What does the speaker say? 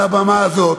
על הבמה הזאת,